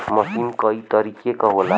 मसीन कई तरीके क होला